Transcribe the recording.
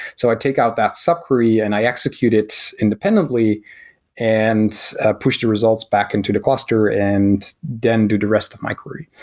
so i'd take out that sub-query and i execute it independently and push the results back into the cluster and then do the rest of my query.